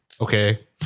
Okay